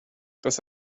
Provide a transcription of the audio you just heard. dass